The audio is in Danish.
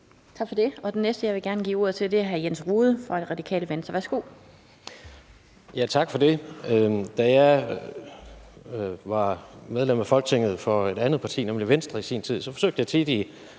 Tak for det. Og den næste, jeg gerne vil give ordet til, er hr. Jens Rohde fra Det Radikale Venstre. Værsgo. Kl. 12:55 Jens Rohde (RV): Tak for det. Da jeg var medlem af Folketinget for et andet parti, nemlig Venstre, i sin tid, forsøgte jeg tit i